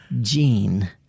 Jean